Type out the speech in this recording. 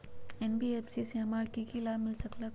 NBFC से हमार की की लाभ मिल सक?